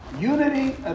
Unity